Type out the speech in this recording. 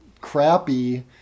crappy